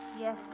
Yes